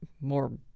more